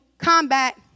Combat